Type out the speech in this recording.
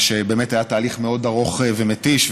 מה שבאמת היה תהליך מאוד ארוך ומתיש,